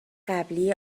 قبلی